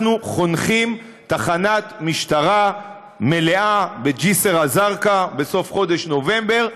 אנחנו חונכים תחנת משטרה מלאה בג'יסר א-זרקא בסוף חודש נובמבר.